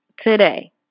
today